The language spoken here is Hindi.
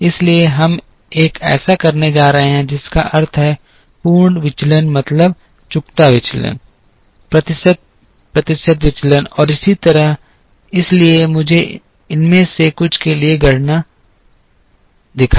इसलिए हम एक ऐसा करने जा रहे हैं जिसका अर्थ है पूर्ण विचलन मतलब चुकता विचलन प्रतिशत प्रतिशत विचलन और इसी तरह इसलिए मुझे इनमें से कुछ के लिए गणना दिखाएं